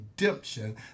redemption